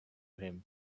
him